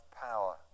power